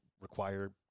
require